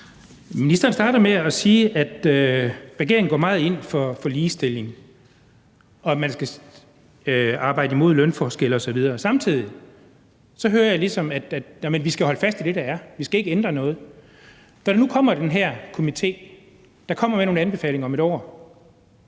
Ministeren starter med at sige, at regeringen går meget ind for ligestilling, og at man skal arbejde imod lønforskelle osv. Samtidig hører jeg ligesom, at vi skal holde fast i det, der er. Vi skal ikke ændre noget. Når der nu kommer den her komité, der kommer med nogle anbefalinger om et år,